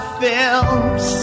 films